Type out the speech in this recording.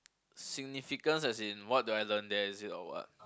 significance as in what do I learned there is or what